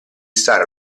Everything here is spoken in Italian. stare